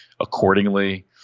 accordingly